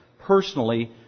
personally